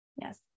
Yes